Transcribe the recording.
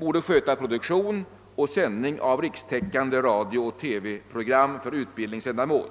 borde sköta produktion och sändning av rikstäckande radiooch TV-program för utbildningsändamål.